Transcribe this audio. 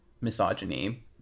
misogyny